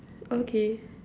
okay